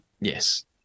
Yes